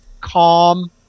calm